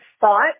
thought